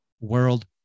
world